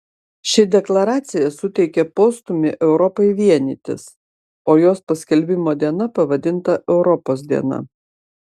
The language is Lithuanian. ši deklaracija suteikė postūmį europai vienytis o jos paskelbimo diena pavadinta europos diena